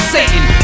Satan